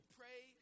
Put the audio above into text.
pray